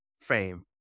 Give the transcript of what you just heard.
fame